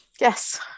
Yes